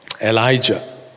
Elijah